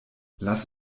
lass